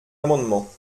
amendement